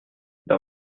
dans